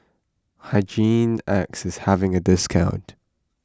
Hygin X is having a discount